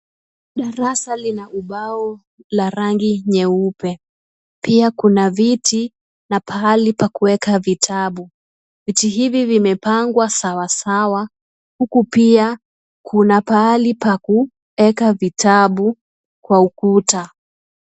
Darasa lina ubao la rangi nyeupe. Pia kuna viti na pahali pa kuweka vitabu. Viti hivi vimepangwa sawa sawa, huku pia kuna pahali pa kueka vitabu kwa ukuta.